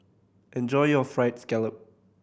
enjoy your Fried Scallop